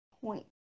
point